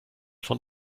von